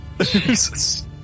Jesus